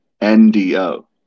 N-D-O